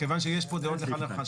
מכיוון שיש פה דעות לכאן ולכאן.